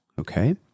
okay